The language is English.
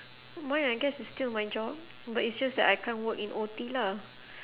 mine I guess it's still my job but it's just that I can't work in O_T lah